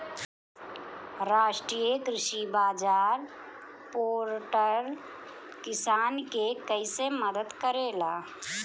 राष्ट्रीय कृषि बाजार पोर्टल किसान के कइसे मदद करेला?